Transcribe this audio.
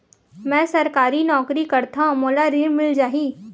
मै सरकारी नौकरी करथव मोला ऋण मिल जाही?